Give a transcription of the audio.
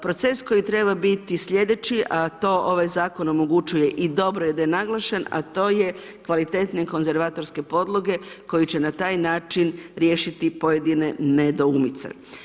Proces koji je trebao biti slijedeći a to ovaj zakon omogućuje i dobro je da je naglašen, a to je kvalitetne konzervatorske podloge koje će na taj način riješiti pojedine nedoumice.